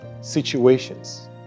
situations